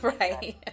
right